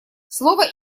слово